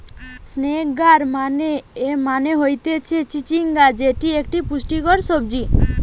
snake gourd মানে হতিছে চিচিঙ্গা যেটি একটো পুষ্টিকর সবজি